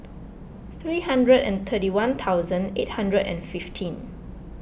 three hundred and twenty one thousand eight hundred and fifteen